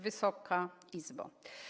Wysoka Izbo!